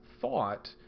thought